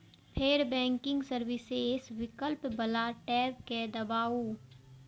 फेर banking services विकल्प बला टैब कें दबाउ